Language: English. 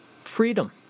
freedom